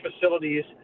facilities